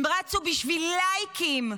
הם רצו בשביל לייקים.